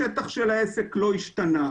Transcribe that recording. השטח של העסק לא התשנה,